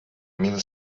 mil